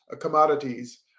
commodities